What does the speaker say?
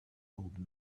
old